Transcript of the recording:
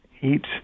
eat